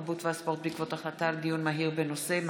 התרבות והספורט בעקבות דיון מהיר בהצעתה של חברת הכנסת אורלי פרומן